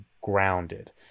grounded